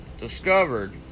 discovered